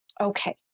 Okay